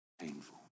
painful